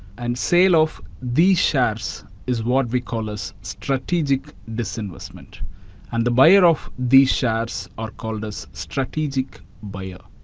and sale of these shares is what we call as strategic disinvestment and the buyer of these shares are called as strategic buyer.